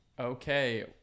Okay